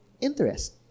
interest